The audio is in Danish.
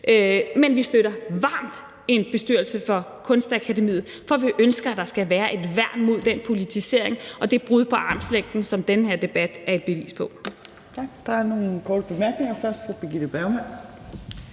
Men vi støtter varmt en bestyrelse for Kunstakademiet, for vi ønsker, at der skal være et værn mod den politisering og det brud på armslængden, som den her debat er et bevis på.